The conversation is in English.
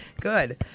good